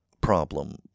problem